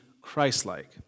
Christ-like